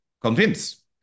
convince